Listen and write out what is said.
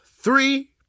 Three